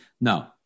No